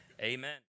Amen